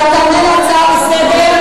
אתה תענה על ההצעה לסדר-היום.